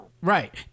Right